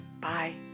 Bye